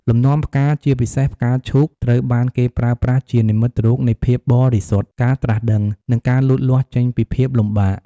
លំនាំផ្កា ជាពិសេស ផ្កាឈូក ត្រូវបានគេប្រើប្រាស់ជានិមិត្តរូបនៃភាពបរិសុទ្ធ ការត្រាស់ដឹង និងការលូតលាស់ចេញពីភាពលំបាក។